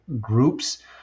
groups